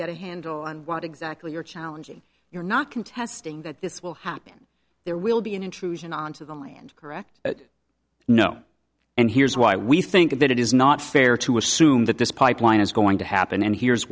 get a handle on what exactly you're challenging you're not contesting that this will happen there will be an intrusion onto the land correct no and here's why we think that it is not fair to assume that this pipeline is going to happen and here's